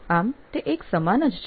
આમ તે એક સમાન જ છે